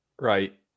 right